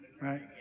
right